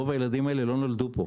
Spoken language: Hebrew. רוב הילדים האלה לא נולדו פה.